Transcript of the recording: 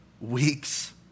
weeks